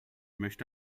möchte